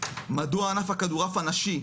מדוע ענף הכדורעף הנשי,